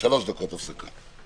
בוקר טוב.